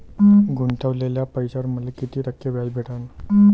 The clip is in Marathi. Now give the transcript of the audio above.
गुतवलेल्या पैशावर मले कितीक टक्के व्याज भेटन?